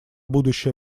будущее